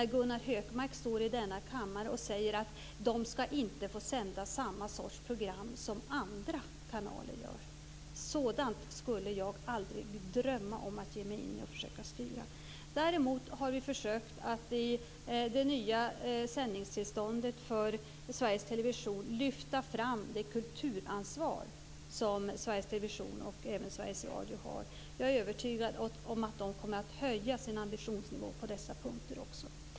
Gunnar Hökmark står i denna kammare och säger att public service-kanalerna inte skall få sända samma sorts program som andra kanaler. Sådant skulle jag aldrig drömma om att ge mig in i och försöka styra! Däremot har vi försökt att i det nya sändningstillståndet för Sveriges Television lyfta fram det kulturansvar som Sveriges Television och även Sveriges Radio har. Jag är övertygad om att de kommer att höja sin ambitionsnivå på dessa punkter också.